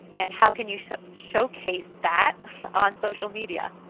and how can you show show case that on social media?